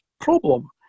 problem